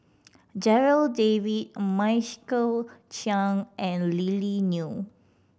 Darryl David Michael Chiang and Lily Neo